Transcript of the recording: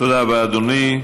תודה רבה, אדוני.